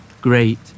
Great